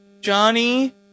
Johnny